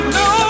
no